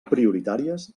prioritàries